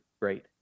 great